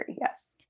Yes